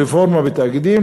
רפורמה בתאגידים,